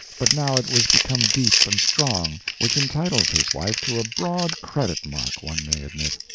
but now it was become deep and strong, which entitles his wife to a broad credit mark, one may admit.